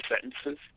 sentences